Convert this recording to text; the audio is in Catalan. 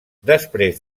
després